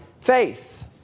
faith